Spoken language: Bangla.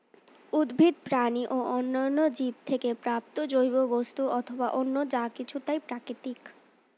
উদ্ভিদ, প্রাণী ও অন্যান্য জীব থেকে প্রাপ্ত জৈব বস্তু অথবা অন্য যা কিছু তাই প্রাকৃতিক